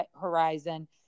horizon